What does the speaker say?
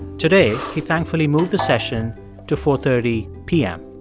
today, he thankfully moved the session to four thirty p m.